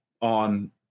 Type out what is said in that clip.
on